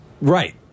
Right